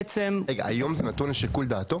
היום זה נתון לשיקול דעתו